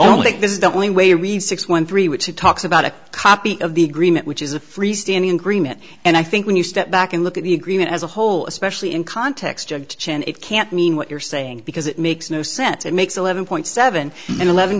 is the only way to read six one three which he talks about a copy of the agreement which is a freestanding agreement and i think when you step back and look at the agreement as a whole especially in context of chan it can't mean what you're saying because it makes no sense and makes eleven point seven and eleven